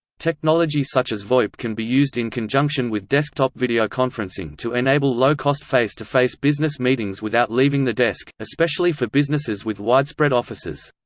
technology such as voip can be used in conjunction with desktop videoconferencing to enable low-cost face-to-face business meetings without leaving the desk, especially for businesses with widespread offices.